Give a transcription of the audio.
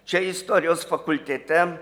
čia istorijos fakultete